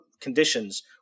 conditions